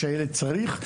שהילד צריך,